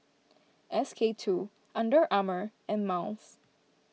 S K two Under Armour and Miles